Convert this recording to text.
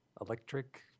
electric